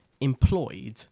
employed